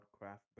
craft